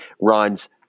runs